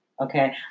okay